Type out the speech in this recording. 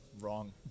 wrong